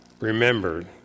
remembered